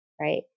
Right